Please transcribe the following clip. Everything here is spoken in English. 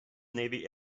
navy